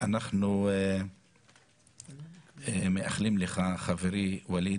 אנחנו מאחלים לך, חברי ווליד